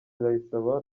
ndayisaba